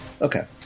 Okay